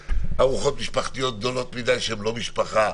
ארוחות משפחתיות גדולות מדי שהן לא משפחה,